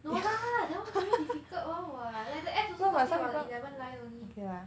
no lah that was very difficult oh !wah! like the arts also talking about eleven line only